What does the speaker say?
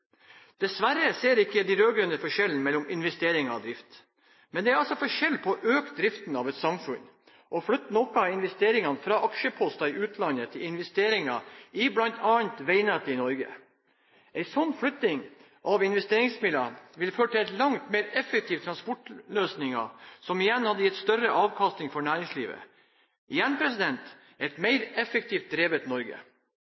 Dessverre ser ikke de rød-grønne forskjellen mellom investeringer og drift. Men det er altså forskjell på å øke driften av et samfunn og å flytte noen av investeringene fra aksjeposter i utlandet til investeringer i bl.a. vegnettet i Norge. En slik flytting av investeringsmidler ville ført til langt mer effektive transportløsninger, som igjen hadde gitt større avkastning for næringslivet – igjen et